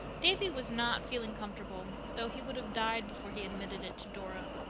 davy was not feeling comfortable, though he would have died before he admitted it to dora.